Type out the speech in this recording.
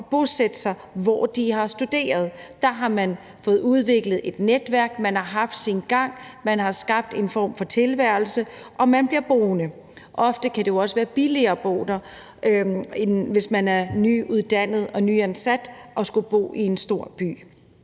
at bosætte sig, hvor de har studeret. Der har man fået udviklet et netværk, man har haft sin gang der, man har skabt en form for tilværelse, og man bliver boende. Ofte kan det jo også være billigere at bo der, end hvis man er nyuddannet og nyansat og skal bo i en stor by.